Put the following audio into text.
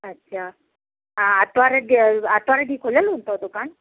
अच्छा हा आरितवारु आरितवारु ॾींहुं खुलियल हूंदो दुकान